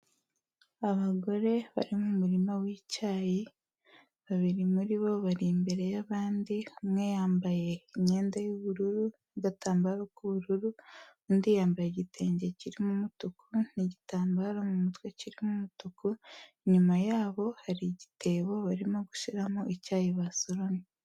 Abagore bari mu murima w'icyayi, babiri muri bo bari imbere y'abandi, umwe yambaye imyenda y'ubururu n'agatambaro k'ubururu, undi yambaye igitenge kirimo umutuku n'igitambaro mu mutwe kirimo umutuku, inyuma yabo hari igitebo barimo gushyiramo icyayi basoromye.